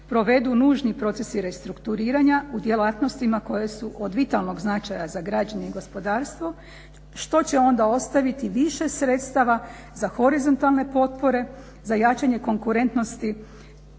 provedu nužni procesi restrukturiranja u djelatnostima koje su od vitalnog značaja za … gospodarstvo što će onda ostaviti više sredstava za horizontalne potpore, za jačanje konkurentnosti